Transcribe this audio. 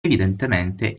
evidentemente